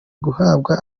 guhabwa